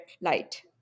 light